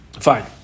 fine